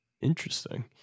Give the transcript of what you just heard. Interesting